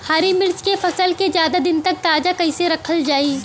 हरि मिर्च के फसल के ज्यादा दिन तक ताजा कइसे रखल जाई?